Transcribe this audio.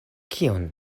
kion